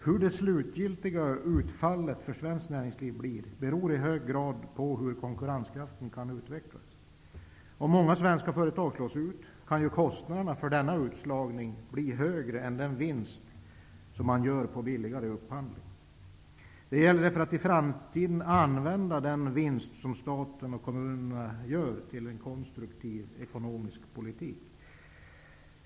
Hur det slutgiltiga utfallet för svenskt näringsliv blir beror i hög grad på hur konkurrenskraften kan utvecklas. Om många svenska företag slås ut, kan kostnaderna för denna utslagning bli högre än den vinst som görs på den billigare upphandlingen. Det gäller därför att använda den vinst som staten och kommunerna kommer att få i framtiden till att skapa en konstruktiv ekonomisk politik.